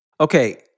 Okay